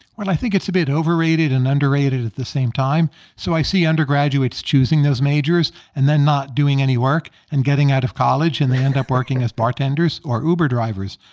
well, i think it's a bit overrated and underrated at the same time. so i see undergraduates choosing those majors and then not doing any work and getting out of college, and they end up working as bartenders or uber drivers.